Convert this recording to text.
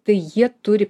tai jie turi